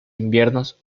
inviernos